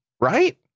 right